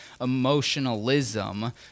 emotionalism